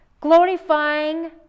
glorifying